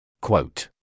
Quote